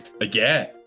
Again